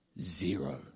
Zero